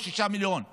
או שישה מיליון יהודים.